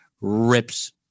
rips